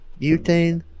butane